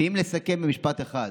ואם לסכם במשפט אחד: